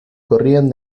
corrían